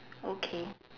okay